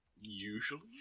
usually